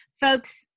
Folks